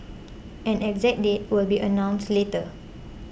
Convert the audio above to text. an exact date will be announced later